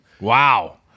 Wow